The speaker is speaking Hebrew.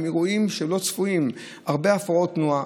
יש אירועים לא צפויים: הרבה הפרעות תנועה,